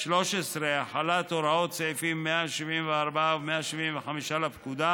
13. החלת הוראות סעיפים 174 ו-175 לפקודה,